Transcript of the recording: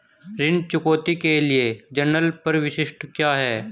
ऋण चुकौती के लिए जनरल प्रविष्टि क्या है?